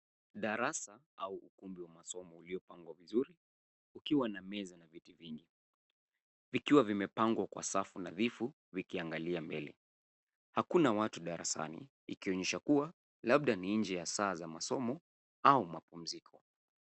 Darasa au ukumbi wa masomo ulipangwa vizuri ukiwa na meza na viti vingi. Vikiwa vimepangwa kwa safu nadhifu vikiangalia mbele. Hakuna watu darasani ikionyesha kuwa; labda ni nje ya saa za masomo au mapumziko